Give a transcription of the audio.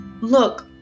look